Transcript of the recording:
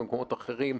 במקומות אחרים,